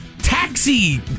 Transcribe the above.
Taxi